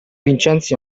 vincenzi